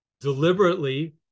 deliberately